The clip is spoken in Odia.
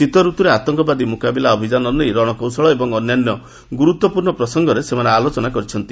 ଶୀତରତ୍ରରେ ଆତଙ୍କବାଦୀ ମୁକାବିଲା ଅଭିଯାନ ନେଇ ରଣକୌଶଳ ଏବଂ ଅନ୍ୟାନ୍ୟ ଗୁରୁତ୍ୱପୂର୍ଣ୍ଣ ପ୍ରସଙ୍ଗରେ ସେମାନେ ଆଲୋଚନା କରିଛନ୍ତି